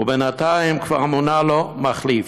ובינתיים כבר מונה לו מחליף.